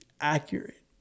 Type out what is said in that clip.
accurate